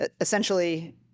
essentially